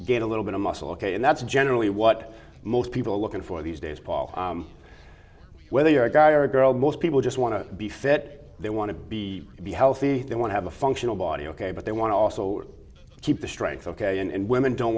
get a little bit of muscle ok and that's generally what most people are looking for these days whether you're a guy or girl most people just want to be fit they want to be be healthy they want have a functional body ok but they want to also keep the strengths ok and women don't